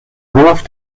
hof